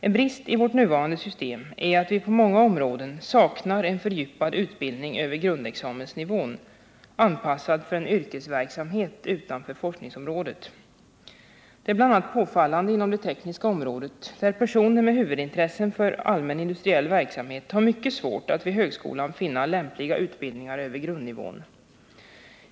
En brist i vårt nuvarande system är att vi på många områden saknar en fördjupad = utbildning över grundexamensnivån, anpassad för en yrkesverksamhet utanför forskningsområdet. Detta är bl.a. påfallande inom det tekniska området, där personer med huvudintressen för allmän industriell verksamhet har mycket svårt att vid högskolan finna lämpliga utbildningar över grundnivån.